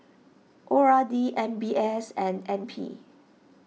O R D M B S and N P